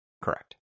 Correct